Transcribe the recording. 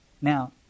Now